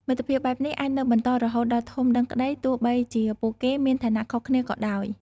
មិត្តភាពបែបនេះអាចនៅបន្តរហូតដល់ធំដឹងក្តី ទោះបីជាពួកគេមានឋានៈខុសគ្នាក៏ដោយ។